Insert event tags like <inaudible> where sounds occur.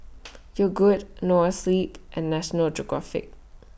<noise> Yogood Noa Sleep and National Geographic